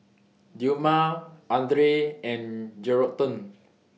Dilmah Andre and Geraldton